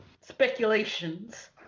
speculations